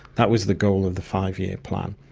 that was the goal of the five-year plan,